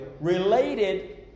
related